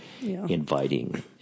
inviting